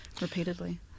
repeatedly